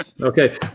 Okay